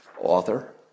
Author